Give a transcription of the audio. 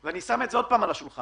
ואני שם את זה עוד פעם על השולחן